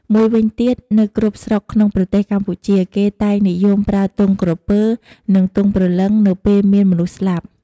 មួយវិញទៀត នៅគ្រប់ស្រុកក្នុងប្រទេសកម្ពុជា គេតែងនិយមប្រើទង់ក្រពើ និង ទង់ព្រលឹងនៅពេលមានមនុស្សស្លាប់ ។